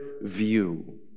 view